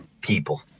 people